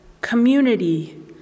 community